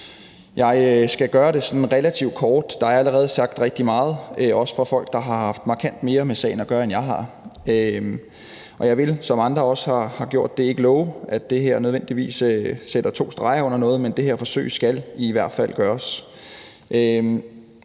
Jeg skal gøre det sådan relativt kort. Der er allerede sagt rigtig meget, også af folk, der har haft markant mere med sagen at gøre, end jeg har. Og jeg vil, som andre også har gjort, ikke love, at det her nødvendigvis sætter to streger under noget, men det her forsøg skal i hvert fald gøres.